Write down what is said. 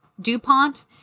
DuPont